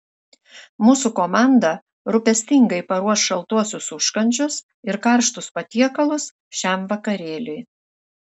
mūsų komanda rūpestingai paruoš šaltuosius užkandžius ir karštus patiekalus šiam vakarėliui